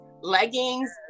leggings